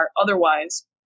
Otherwise